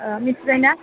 मिथिबायना